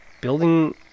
building